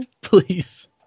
Please